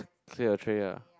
clear your tray ah